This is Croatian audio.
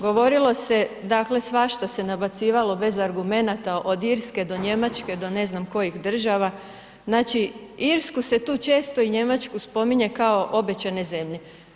Govorilo se dakle svašta se nabacivalo bez argumenata od Irske do Njemačke do ne znam kojih država, znači Irsku se tu često i Njemačku spominje kao obećane zemlje.